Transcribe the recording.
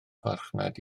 farchnad